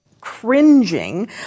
cringing